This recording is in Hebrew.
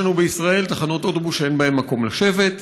יש לנו בישראל תחנות אוטובוס שאין בהן מקום לשבת,